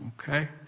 Okay